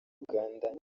uganda